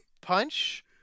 Punch